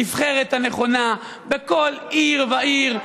הנבחרת הנכונה בכל עיר ועיר,